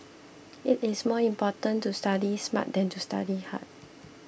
it is more important to study smart than to study hard